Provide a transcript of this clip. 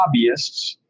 hobbyists